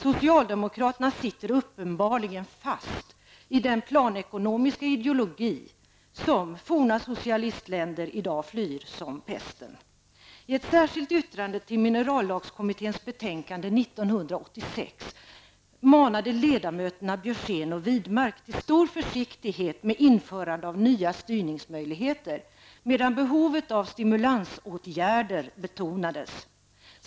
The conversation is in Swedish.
Socialdemokraterna sitter uppenbarligen fast i den planekonomiska ideologi som forna socialistländer i dag flyr som pesten. Widmark till stor försiktighet med införande av nya styrningsmöjligheter, medan behovet av stimulansåtgärder betonades.